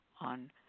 on